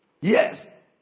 Yes